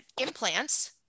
implants